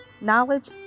knowledge